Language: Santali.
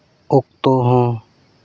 ᱚᱠᱛᱚ ᱦᱚᱸ